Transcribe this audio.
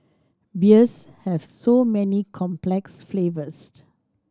beers have so many complex flavours